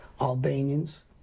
Albanians